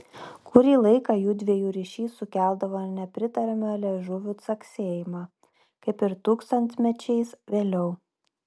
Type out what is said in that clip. kurį laiką jųdviejų ryšys sukeldavo nepritariamą liežuvių caksėjimą kaip ir tūkstantmečiais vėliau